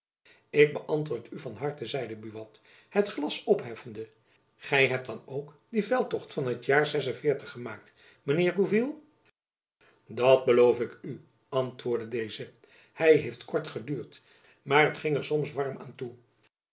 ik beantwoord u van harte zeide buat zijn glas opheffende gy hebt dan ook dien veldtocht van t jaar gemaakt mijn heer de gourville dat beloof ik u antwoordde deze hy heeft kort geduurd maar het ging er soms warm genoeg toe